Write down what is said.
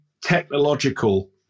technological